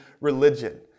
religion